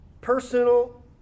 personal